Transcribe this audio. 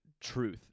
truth